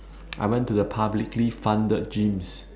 I went to the publicly funded gyms